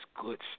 good